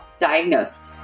Diagnosed